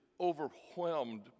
overwhelmed